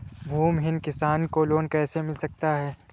भूमिहीन किसान को लोन कैसे मिल सकता है?